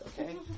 okay